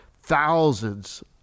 thousands